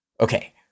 okay